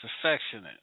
affectionate